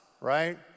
right